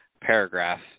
paragraph